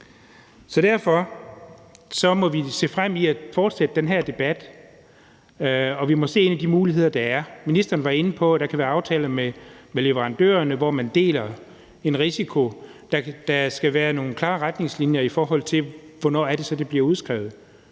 Derfor må vi se frem mod at fortsætte den her debat, og vi må se ind i de muligheder, der er. Ministeren var inde på, at der kan være aftaler med leverandørerne, hvor man deler en risiko. Der skal være nogle klare retningslinjer, i forhold til hvornår det så er, det bliver udskrevet.